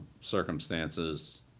circumstances